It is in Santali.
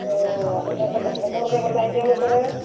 ᱟᱞᱮ ᱫᱚ ᱟᱫᱚ ᱠᱷᱚᱵᱚᱨ ᱜᱮ ᱵᱟᱞᱮ ᱟᱡᱚᱢ ᱟᱠᱟᱫᱟ